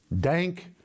dank